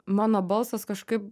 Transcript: mano balsas kažkaip